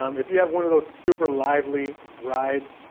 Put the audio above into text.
um if you have one of those super lively rides,